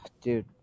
dude